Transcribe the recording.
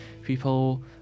people